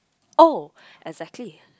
oh exactly